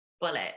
bullet